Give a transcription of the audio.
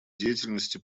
деятельности